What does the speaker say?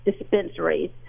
dispensaries